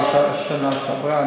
בזכות ההשקעה שעכשיו.